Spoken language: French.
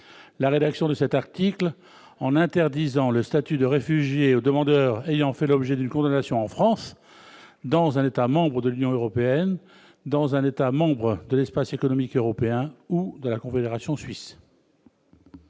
la rédaction de cet article en interdisant le statut de réfugié aux demandeurs ayant fait l'objet d'une condamnation en France, dans un État membre de l'Union européenne, dans un État membre de l'Espace économique européen ou dans la Confédération suisse.